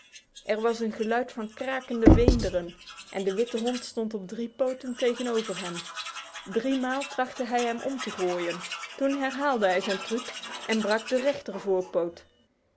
er was een geluid van krakende beenderen en de witte hond stond op drie poten tegenover hem driemaal trachtte hij hem om te gooien toen herhaalde hij zijn truc en brak de